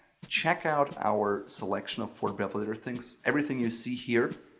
check out our selection of fort belvedere things, everything you see here,